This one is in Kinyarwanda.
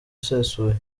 usesuye